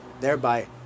thereby